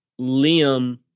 Liam